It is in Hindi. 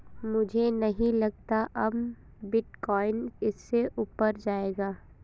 मुझे नहीं लगता अब बिटकॉइन इससे ऊपर जायेगा